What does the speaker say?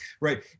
right